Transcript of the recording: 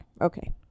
okay